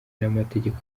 n’amategeko